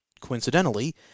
coincidentally